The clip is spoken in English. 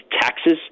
taxes